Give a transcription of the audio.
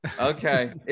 okay